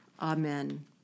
Amen